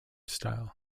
style